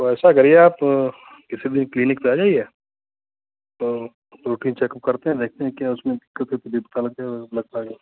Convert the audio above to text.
तो ऐसा करिए आप किसी दिन क्लिनिक पर आ जाईये तो दो तीन चेकअप करते हैं देखते हैं क्या उसमें दिक्कत है तभी पता लग जायेगा लग पाएगा